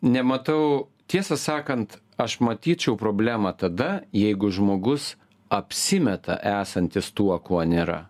nematau tiesą sakant aš matyčiau problemą tada jeigu žmogus apsimeta esantis tuo kuo nėra